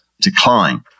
decline